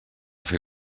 fer